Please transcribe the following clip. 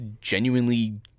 genuinely